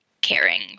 caring